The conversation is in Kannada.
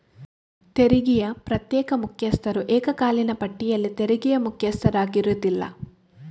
ತೆರಿಗೆಯ ಪ್ರತ್ಯೇಕ ಮುಖ್ಯಸ್ಥರು ಏಕಕಾಲೀನ ಪಟ್ಟಿಯಲ್ಲಿ ತೆರಿಗೆಯ ಮುಖ್ಯಸ್ಥರಾಗಿರುವುದಿಲ್ಲ